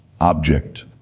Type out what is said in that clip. Object